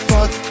Fuck